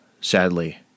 sadly